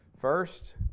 first